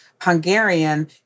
Hungarian